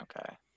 Okay